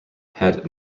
had